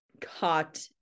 caught